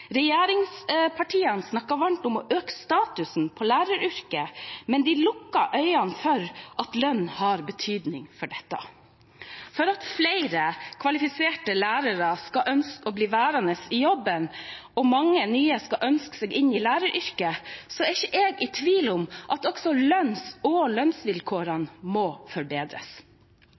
Regjeringspartiene snakker varmt om å øke statusen på læreryrket, men lukker øynene for at lønn har betydning for dette. For at flere kvalifiserte lærere skal ønske å bli værende i jobben og mange nye skal ønske seg inn i læreryrket, er jeg ikke i tvil om at også lønningene og lønnsvilkårene må forbedres.